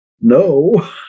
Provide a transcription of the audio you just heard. no